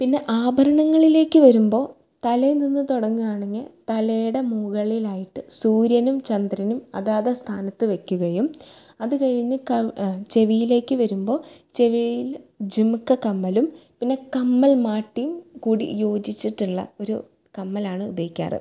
പിന്നെ ആഭരണങ്ങളിലേക്ക് വരുമ്പോൾ തലേനിന്ന് തുടങ്ങയാണെങ്കിൽ തലേടെ മുകളിലായിട്ട് സൂര്യനും ചന്ദ്രനും അതാത് സ്ഥാനത്ത് വെയ്ക്കുകയും അത് കഴിഞ്ഞ് കം ചെവിയിലേക്ക് വരുമ്പോൾ ചെവീൽ ജിമ്ക്ക കമ്മലും പിന്നെ കമ്മൽ മാട്ടീം കൂടി യോജിച്ചിട്ടുള്ള ഒരു കമ്മലാണ് ഉപയഗിക്കാറ്